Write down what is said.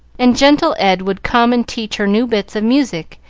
and gentle ed would come and teach her new bits of music,